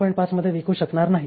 5 रुपयांमध्ये विकू शकणार नाही